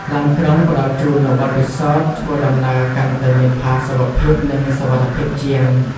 ឡានក្រុងផ្តល់ជូននូវបទពិសោធន៍ធ្វើដំណើរកាន់តែមានផាសុកភាពនិងសុវត្ថិភាពជាង។